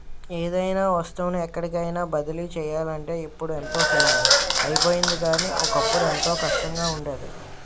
ఏదైనా వస్తువుని ఎక్కడికైన బదిలీ చెయ్యాలంటే ఇప్పుడు ఎంతో సులభం అయిపోయింది కానీ, ఒకప్పుడు ఎంతో కష్టంగా ఉండేది